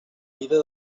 vida